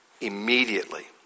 immediately